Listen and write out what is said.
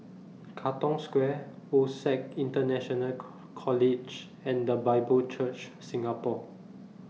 Katong Square OSAC International College and The Bible Church Singapore